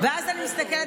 אז אני מסתכלת,